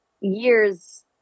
years